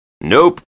Nope